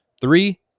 Three